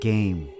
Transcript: Game